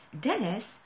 Dennis